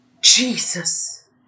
Jesus